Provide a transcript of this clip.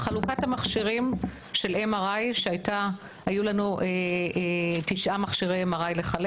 חלוקת המכשירים של MRI שהייתה: היו לנו תשעה מכשירי MRI לחלק